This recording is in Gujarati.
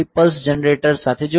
3 પલ્સ જનરેટર સાથે જોડાયેલ છે